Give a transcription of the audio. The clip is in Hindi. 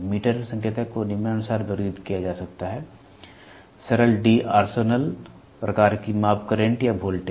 मीटर संकेतक को निम्नानुसार वर्गीकृत किया जा सकता है सरल D'Arsonval डी ऑर्सनवल प्रकार की माप करंट या वोल्टेज